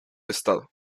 estado